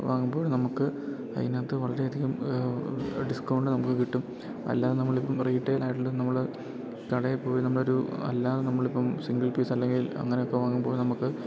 വാങ്ങുമ്പോൾ നമുക്ക് അയിനാത്ത് വളരെയധികം ഡിസ്കൗണ്ട് നമുക്ക് കിട്ടും അല്ലാതെ നമ്മളിപ്പം റീറ്റെൽ ആയിട്ടുള്ള നമ്മള് കടേ പോയി നമ്മളൊരു അല്ലാതെ നമ്മളിപ്പം സിംഗിൾ പീസല്ലെങ്കിൽ അങ്ങനേക്കെ വാങ്ങുമ്പോൾ നമുക്ക്